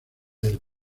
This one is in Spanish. del